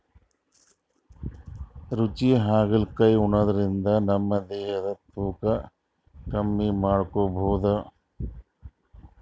ರುಚಿ ಹಾಗಲಕಾಯಿ ಉಣಾದ್ರಿನ್ದ ನಮ್ ದೇಹದ್ದ್ ತೂಕಾ ಕಮ್ಮಿ ಮಾಡ್ಕೊಬಹುದ್